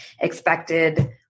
expected